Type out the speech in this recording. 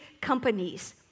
companies